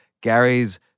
gary's